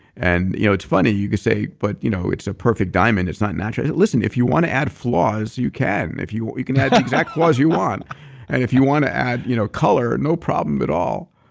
and you know it's funny you could say, but you know it's a perfect diamond. it's not natural. listen, if you want to add floors you can, if you you can have the exact floors you want and if you want to add you know color, no problem at all.